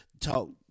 talk